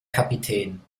kapitän